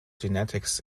genetics